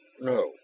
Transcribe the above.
no